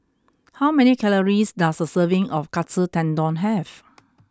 how many calories does a serving of Katsu Tendon have